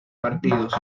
partidos